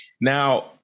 Now